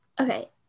Okay